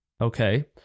okay